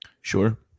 Sure